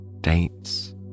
dates